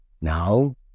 Now